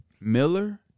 Miller